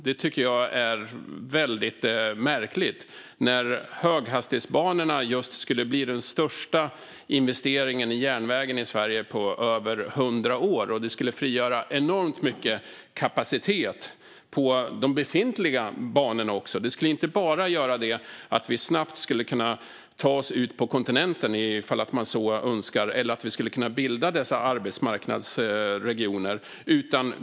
Det här tycker jag är väldigt märkligt, då höghastighetsbanorna skulle bli den största investeringen i järnvägen i Sverige på över 100 år och även frigöra enormt mycket kapacitet på de befintliga banorna. Det skulle inte bara göra att vi snabbt kan ta oss ut på kontinenten ifall vi så önskar eller att vi skulle kunna bilda dessa arbetsmarknadsregioner.